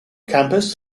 campus